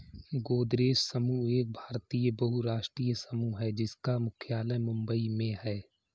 गोदरेज समूह एक भारतीय बहुराष्ट्रीय समूह है जिसका मुख्यालय मुंबई में है